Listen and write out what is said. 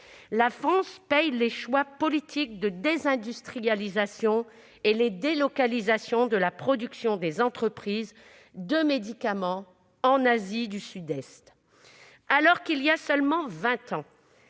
La France paye les choix politiques de désindustrialisation et les délocalisations de la production des entreprises de médicaments en Asie du Sud-Est : voilà seulement vingt ans,